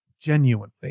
genuinely